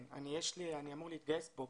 אני אמור להתגייס באוקטובר.